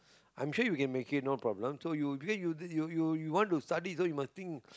I'm sure you can make it no problem so you because you you want to study so you must think